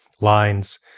lines